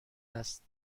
است